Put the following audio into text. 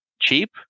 cheap